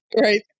Right